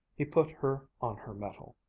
he put her on her mettle.